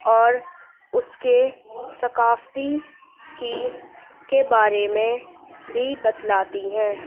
اور اس کے ثقافتی کی کے بارے میں بھی بتلاتی ہیں